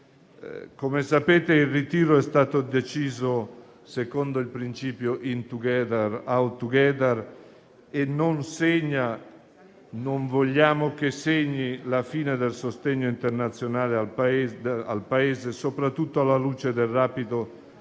Come sapete, il ritiro è stato deciso secondo il principio *in together, out together* e non vogliamo che segni la fine del sostegno internazionale al Paese, soprattutto alla luce del rapido deterioramento